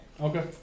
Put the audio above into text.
Okay